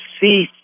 see